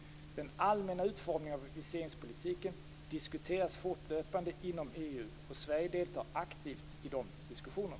Den allmänna utformningen av viseringspolitiken diskuteras fortlöpande inom EU och Sverige deltar aktivt i den diskussionen.